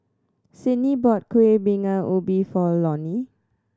Sydnie bought Kuih Bingka Ubi for Lonie